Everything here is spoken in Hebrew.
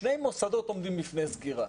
שני מוסדות עומדים בפני סגירה: